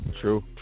True